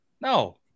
No